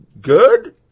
good